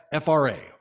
FRA